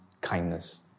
kindness